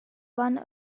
one